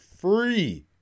free